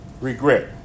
Regret